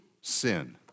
sin